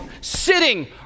sitting